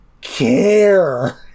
care